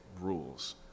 rules